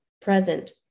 present